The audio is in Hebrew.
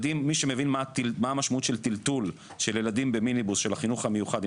מי שמבין מה המשמעות של טלטול של ילדים במיניבוס של החינוך המיוחד,